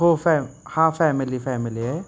हो फॅ हा फॅमिली फॅमिली आहे